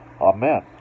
Amen